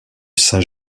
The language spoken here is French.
saint